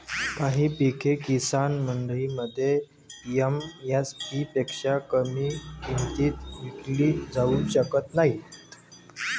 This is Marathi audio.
काही पिके किसान मंडईमध्ये एम.एस.पी पेक्षा कमी किमतीत विकली जाऊ शकत नाहीत